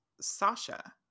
sasha